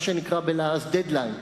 מה שנקרא בלעז "דד-ליין",